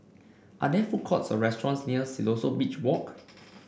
are there food courts or restaurants near Siloso Beach Walk